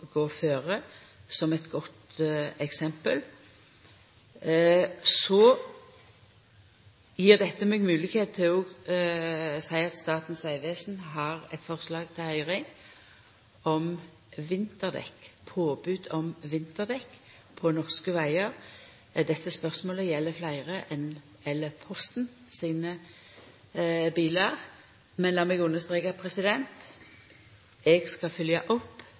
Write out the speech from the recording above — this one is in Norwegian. gå føre som eit godt eksempel. Så gjev dette meg moglegheit til å seia at Statens vegvesen har eit forslag til høyring om påbod om vinterdekk på norske vegar. Dette spørsmålet gjeld fleire enn Posten sine bilar. Men lat meg understreka: Eg skal følgja opp